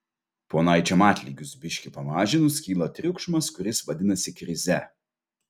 ponaičiam atlygius biški pamažinus kyla triukšmas kuris vadinasi krize